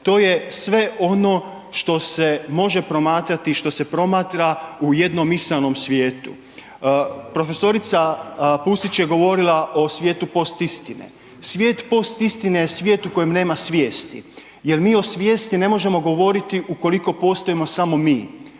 to je sve ono što se može promatrati, što se promatra u jednom misaonom svijetu. Prof. Pusić je govorila o svijetu postistine, svijet postistine je svijet u kojem nema svijesti jer mi o svijesti ne možemo govoriti ukoliko postojimo samo mi,